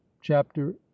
chapter